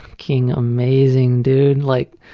fucking amazing, dude. and like